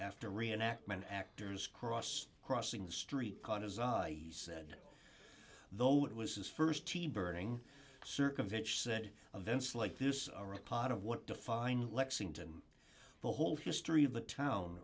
after a reenactment actors cross crossing the street caught as i said though it was his st team burning circumvents that events like this are a part of what defines lexington the whole history of the town